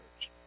church